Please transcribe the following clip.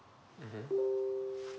mmhmm